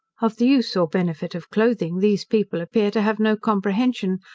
of the use or benefit of cloathing, these people appear to have no comprehension,